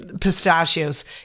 pistachios